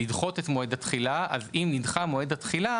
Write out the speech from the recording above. לדחות את מועד התחילה אם נדחה מועד התחילה